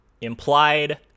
implied